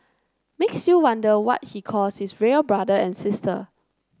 makes you wonder what he calls his real brother and sister